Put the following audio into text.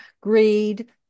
Greed